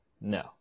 No